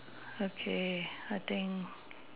okay I think